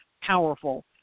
powerful